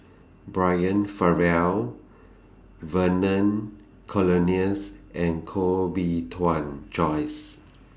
Brian Farrell Vernon Cornelius and Koh Bee Tuan Joyce